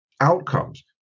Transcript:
outcomes